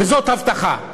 וזאת הבטחה.